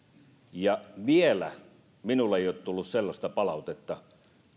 ja vielä minulle ei ole tullut sellaista palautetta